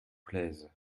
plaisent